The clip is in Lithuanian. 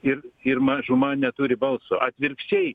ir ir mažuma neturi balso atvirkščiai